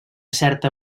certa